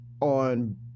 on